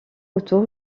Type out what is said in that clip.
autour